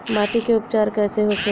माटी के उपचार कैसे होखे ला?